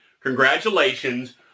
congratulations